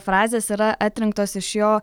frazės yra atrinktos iš jo